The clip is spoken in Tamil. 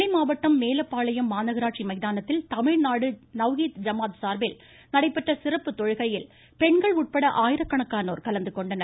நெல்லை மாவட்டம் மேலப்பாளையம் மாநகராட்சி மைதானத்தில் தமிழ்நாடு நவ்ஹித் ஜமாத் சார்பில் நடைபெற்ற சிறப்பு தொழுகையில் பெண்கள் உட்பட ஆயிரக்கணக்கானோர் கலந்துகொண்டனர்